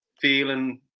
feeling